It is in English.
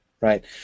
right